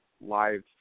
live